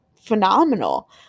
phenomenal